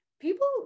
People